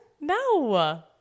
No